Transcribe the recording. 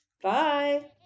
Bye